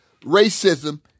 racism